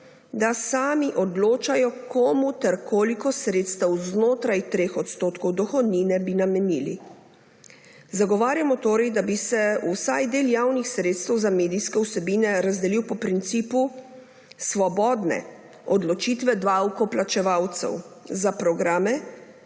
da sami odločajo, komu ter koliko sredstev znotraj 3 % dohodnine bi namenili. Zagovarjamo torej, da bi se vsaj del javnih sredstev za medijske vsebine razdelil po principu svobodne odločitve davkoplačevalcev za programe,